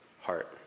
heart